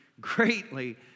greatly